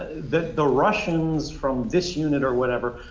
that the russians from this unit or whatever,